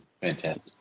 Fantastic